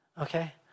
Okay